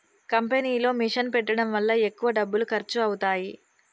కంపెనీలో మిషన్ పెట్టడం వల్ల ఎక్కువ డబ్బులు ఖర్చు అవుతాయి